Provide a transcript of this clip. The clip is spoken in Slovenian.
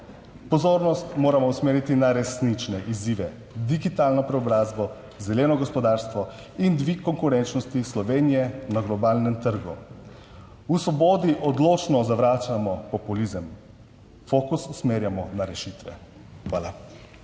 Pozornost moramo usmeriti na resnične izzive, digitalno preobrazbo, zeleno gospodarstvo in dvig konkurenčnosti Slovenije na globalnem trgu. V Svobodi odločno zavračamo populizem, fokus usmerjamo na rešitve. Hvala.